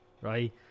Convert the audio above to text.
Right